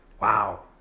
Wow